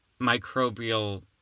microbial